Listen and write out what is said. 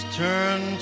turn